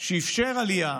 שאִפשר עלייה.